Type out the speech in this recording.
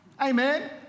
amen